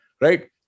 Right